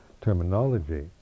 terminology